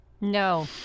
No